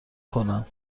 کنم